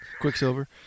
quicksilver